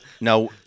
Now